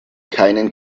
keinen